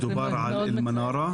מדובר על "אל-מנרה".